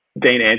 Dean